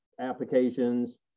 applications